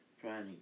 trying